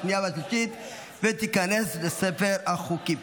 12 בעד, שניים נגד,